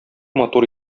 матур